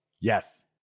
yes